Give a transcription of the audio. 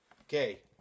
Okay